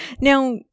Now